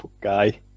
guy